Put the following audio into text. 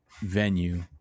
venue